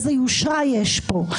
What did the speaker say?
איזה יושרה יש פה?